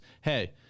hey